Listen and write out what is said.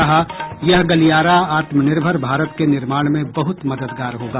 कहा यह गलियारा आत्मनिर्भर भारत के निर्माण में बहुत मददगार होगा